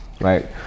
right